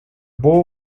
bow